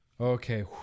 Okay